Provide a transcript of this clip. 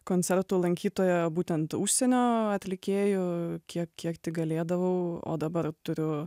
koncertų lankytoja būtent užsienio atlikėjų kiek kiek tik galėdavau o dabar turiu